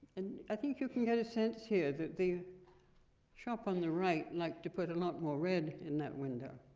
and i think you can get a sense here that the shop on the right like to put a lot more red in that window.